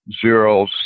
zero